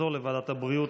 אם כן, בעד, 17 חברי כנסת,